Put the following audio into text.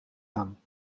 gaan